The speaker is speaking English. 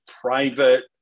private